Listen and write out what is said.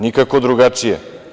Nikako drugačije.